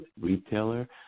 retailer